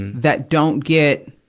that don't get,